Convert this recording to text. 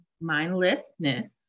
mindlessness